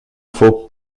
faut